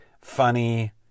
funny